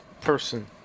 person